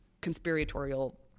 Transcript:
conspiratorial